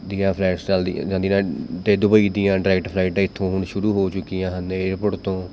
ਦੀਆਂ ਫਲਾਈਟਜ਼ ਚੱਲਦੀਆਂ ਜਾਂਦੀਆਂ ਨੇ ਅਤੇ ਦੁਬਈ ਦੀਆਂ ਡਾਈਰੈਕਟ ਫਲਾਈਟਾਂ ਇੱਥੋਂ ਹੁਣ ਸ਼ੁਰੂ ਹੋ ਚੁੱਕੀਆਂ ਹਨ ਏਅਰਪੋਰਟ ਤੋਂ